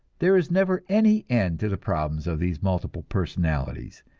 there is never any end to the problems of these multiple personalities,